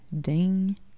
Ding